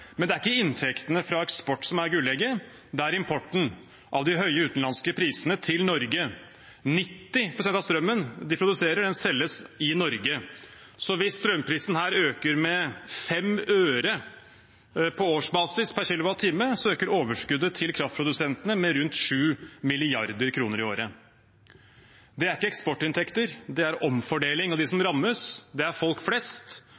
men det er ikke inntektene fra eksport som er gullegget, det er importen av de høye utenlandske prisene til Norge. 90 pst. av strømmen de produserer, selges i Norge, så hvis strømprisen her øker med 5 øre på årsbasis per kWh, øker overskuddet til kraftprodusentene med rundt 7 mrd. kr i året. Det er ikke eksportinntekter, det er omfordeling, og de som rammes, er folk flest,